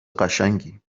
قشنگی